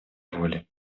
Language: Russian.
воли